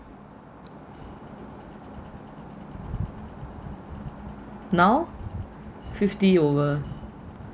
now fifty over